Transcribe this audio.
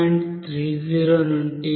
30 నుండి 0